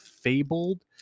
Fabled